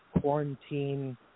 quarantine